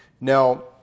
Now